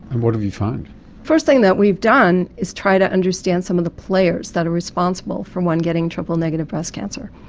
and what have you found? the first thing that we've done is try to understand some of the players that are responsible for one getting triple negative breast cancer,